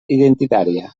identitària